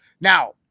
Now